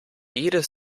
jedes